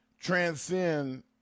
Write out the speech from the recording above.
transcend